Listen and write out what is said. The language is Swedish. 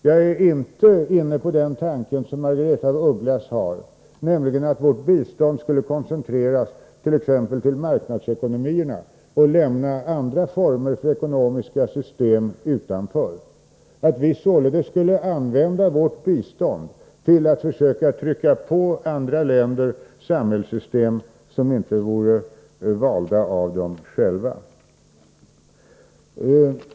Jag är inte inne på den tanke som Margaretha af Ugglas ger uttryck för. Hon menade ju att vårt bistånd skulle koncentreras exempelvis till marknadsekonomierna och att vi skulle lämna andra ekonomiska system utanför — att vi således skulle använda vårt bistånd till att försöka tvinga på andra länder samhällssystem som inte vore valda av dem själva.